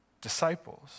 disciples